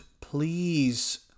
please